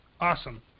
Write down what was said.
Awesome